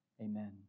Amen